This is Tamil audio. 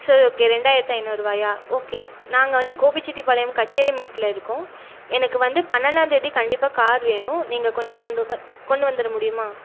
சரி ஓகே ரெண்டாயிரத்து ஐநூறுரூவாயா ஓகே நாங்கள் வந்து கோபிசெட்டிபாளையம் கச்சேரிமேட்டில் இருக்கோம் எனக்கு வந்து பன்ணென்டாந்தேதி கண்டிப்பாக கார் வேணும் நீங்கள் கொஞ்சம் கொண்டு கொண்டு வந்துற முடியுமா